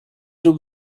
rób